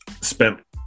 spent